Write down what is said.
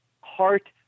heart